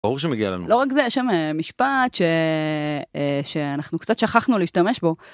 ברור שמגיע לנו. לא רק זה, יש שם משפט שאנחנו קצת שכחנו להשתמש בו.